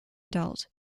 adult